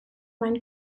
mein